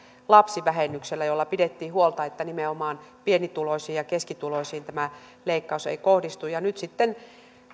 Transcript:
lapsivähennyksellä jolla pidettiin huolta että nimenomaan pienituloisiin ja keskituloisiin tämä leikkaus ei kohdistu nyt sitten